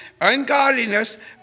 ungodliness